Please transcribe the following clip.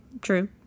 True